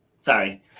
sorry